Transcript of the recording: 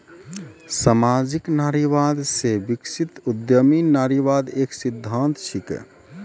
सामाजिक नारीवाद से विकसित उद्यमी नारीवाद एक सिद्धांत छिकै